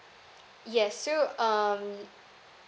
yes so um